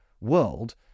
world